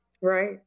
Right